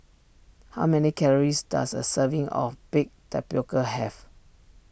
how many calories does a serving of Baked Tapioca have